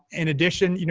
in addition, you know